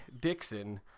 Dixon